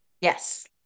Yes